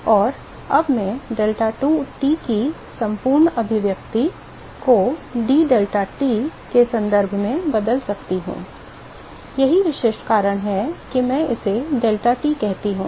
और अब मैं डेल्टाT की संपूर्ण अभिव्यक्ति को d deltaT के संदर्भ में बदल सकता हूं यही विशिष्ट कारण है कि मैं इसे डेल्टाT कहता हूं